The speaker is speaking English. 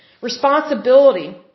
responsibility